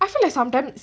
I feel like sometimes